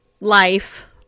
life